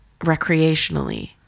recreationally